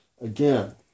again